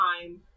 time